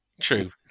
true